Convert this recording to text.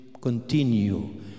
continue